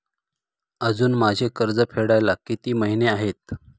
अजुन माझे कर्ज फेडायला किती महिने आहेत?